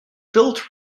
built